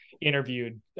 interviewed